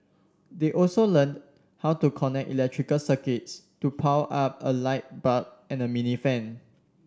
they also learnt how to connect electrical circuits to power up a light bulb and a mini fan